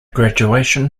graduation